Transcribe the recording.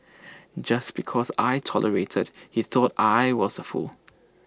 just because I tolerated he thought I was A fool